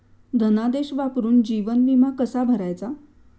धनादेश वापरून जीवन विमा कसा भरायचा?